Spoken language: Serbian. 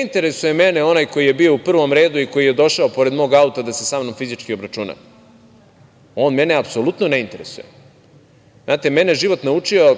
interesuje mene onaj ko je bio u prvom redu i ko je došao pored moga auto da se sa mnom fizički obračuna. On mene apsolutno ne interesuje. Znate, mene je život naučio